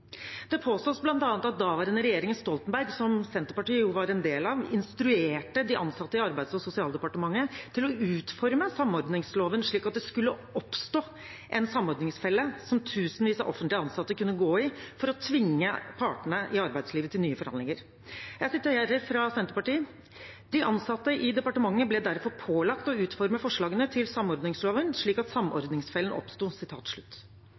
Det påstås bl.a. at daværende regjering Stoltenberg, som Senterpartiet jo var en del av, instruerte de ansatte i Arbeids- og sosialdepartementet til å utforme samordningsloven slik at det skulle oppstå en samordningsfelle som tusenvis av offentlig ansatte kunne gå i, for å tvinge partene i arbeidslivet til nye forhandlinger. Jeg siterer fra Senterpartiets merknader: «De ansatte i departementet ble derfor pålagt å utforme forslagene til samordningsloven slik at